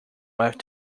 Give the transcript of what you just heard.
left